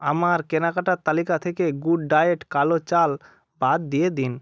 আমার কেনাকাটার তালিকা থেকে গুড ডায়েট কালো চাল বাদ দিয়ে দিন